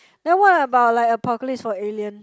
then what about like apocalypse for alien